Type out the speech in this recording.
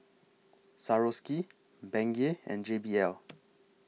Swarovski Bengay and J B L